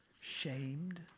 shamed